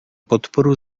podporu